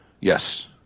Yes